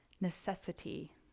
necessity